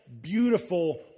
beautiful